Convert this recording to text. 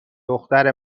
دختر